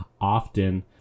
often